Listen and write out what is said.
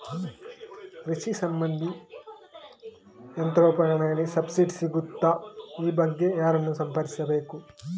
ಕೃಷಿ ಸಂಬಂಧಿ ಯಂತ್ರೋಪಕರಣಗಳಿಗೆ ಸಬ್ಸಿಡಿ ಸಿಗುತ್ತದಾ? ಈ ಬಗ್ಗೆ ಯಾರನ್ನು ಸಂಪರ್ಕಿಸಬೇಕು?